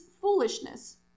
foolishness